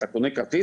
אתה קונה כרטיס,